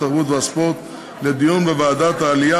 התרבות והספורט לוועדת העלייה,